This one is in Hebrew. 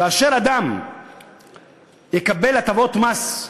כאשר אדם יקבל הטבות מס,